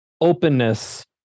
openness